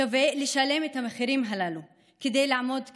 שווה לשלם את המחירים הללו כדי לעמוד כאן.